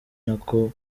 nako